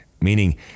meaning